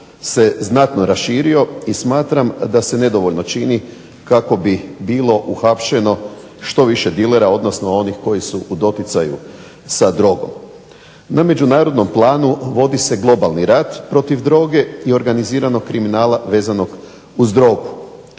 Na međunarodnom planu vodi se globalni rat protiv droge i organiziranog kriminala vezanog uz drogu.